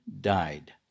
died